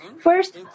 First